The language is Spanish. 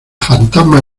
fantasmas